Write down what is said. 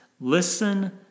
listen